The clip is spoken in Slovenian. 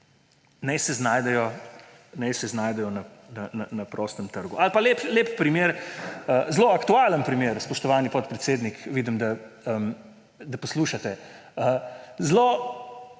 Naj se znajdejo na prostem trgu! Ali pa lep primer, zelo aktualen primer ‒ spoštovani podpredsednik, vidim, da poslušate –, zelo